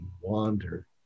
wander